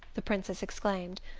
the princess exclaimed.